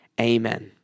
Amen